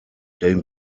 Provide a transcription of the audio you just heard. down